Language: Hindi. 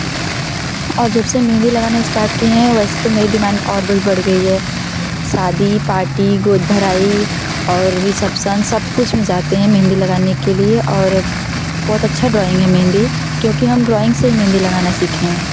और जब से मेहंदी लगाना स्टार्ट किए हैं वैसे तो मेरी डिमांड और भी बढ़ गई है शादी पार्टी गोद भराई और रिसेप्सन सब कुछ में जाते हैं मेहंदी लगाने के लिए और बहुत अच्छा ड्रॉइंग है मेहंदी क्योंकि हम ड्रॉइंग से ही मेहंदी लगाना सीखे हैं